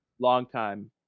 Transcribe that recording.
long-time